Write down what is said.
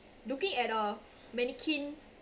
looking at a mannequin